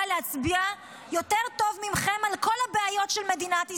להצביע יותר טוב מכם על כל הבעיות של מדינת ישראל,